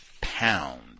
pound